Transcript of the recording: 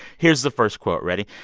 here's the first quote ready?